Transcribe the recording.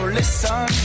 listen